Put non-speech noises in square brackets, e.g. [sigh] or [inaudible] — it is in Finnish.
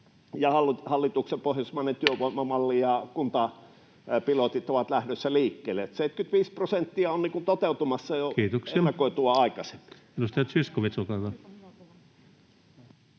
Hallituksen pohjoismainen työvoimamalli [noise] ja kuntapilotit ovat lähdössä liikkeelle. 75 prosenttia on toteutumassa jo ennakoitua aikaisemmin. Kiitoksia.